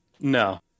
No